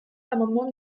l’amendement